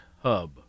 hub